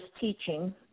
teaching